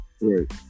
Right